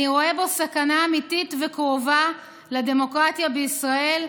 אני רואה בו סכנה אמיתית וקרובה לדמוקרטיה בישראל,